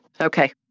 Okay